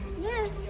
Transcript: Yes